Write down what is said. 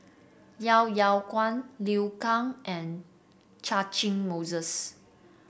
Yeo Yeow Kwang Liu Kang and Catchick Moses